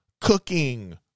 Cooking